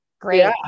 Great